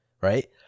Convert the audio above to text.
right